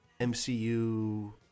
MCU